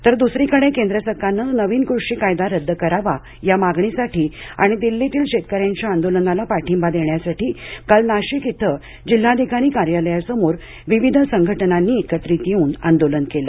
तर दुसरीकडे केंद्र सरकारने नवीन कृषी कायदा रद्द करावा या मागणीसाठी आणि दिल्लीतील शेतकऱ्यांच्या आदोलनाला पाठिंबा देण्यासाठी काल नाशिक इथं जिल्हाधिकारी कार्यालयासमोर विविध संघटनांनी एकत्रित येऊन आंदोलन केलं